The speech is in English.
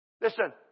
Listen